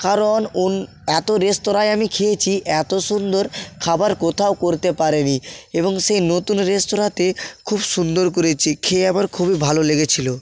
কারণ অন এত রেস্তোরাঁয় আমি খেয়েছি এত সুন্দর খাবার কোথাও করতে পারে নি এবং সেই নতুন রেস্তোরাঁতে খুব সুন্দর করেছে খেয়ে আমার খুবই ভালো লেগেছিলো